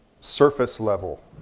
surface-level